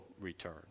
return